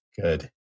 Good